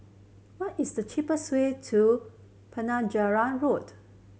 what is the cheapest way to Penjuru Road